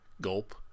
Gulp